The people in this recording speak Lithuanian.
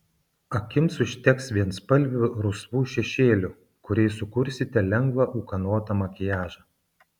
akims užteks vienspalvių rusvų šešėlių kuriais sukursite lengvą ūkanotą makiažą